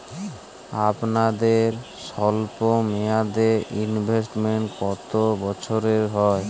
আপনাদের স্বল্পমেয়াদে ইনভেস্টমেন্ট কতো বছরের হয়?